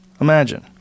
Imagine